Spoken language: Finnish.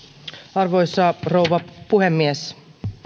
arvoisa rouva puhemies